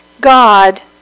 God